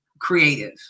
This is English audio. creative